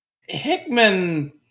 Hickman